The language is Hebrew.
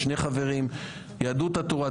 2 חברים; יהדות התורה,